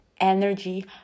energy